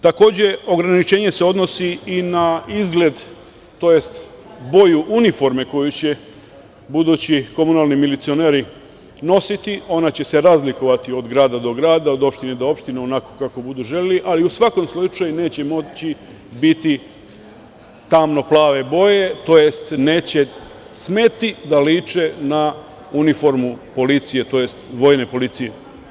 Takođe, ograničenje se odnosi i na izgled, tj. boju uniforme koju će budući komunalni milicioneri nositi i ona će se razlikovati od grada do grada, od opštine do opštine, onako kako budu želeli, ali u svakom slučaju neće moći biti tamno plave boje, tj. neće smeti da liče na uniformu policije, tj. vojne policije.